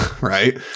right